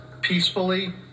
peacefully